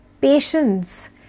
patience